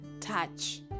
Touch